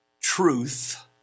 truth